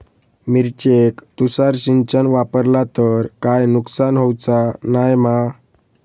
मिरचेक तुषार सिंचन वापरला तर काय नुकसान होऊचा नाय मा?